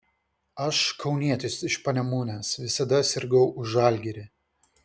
aš kaunietis iš panemunės visada sirgau už žalgirį